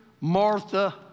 Martha